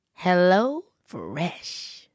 HelloFresh